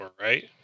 right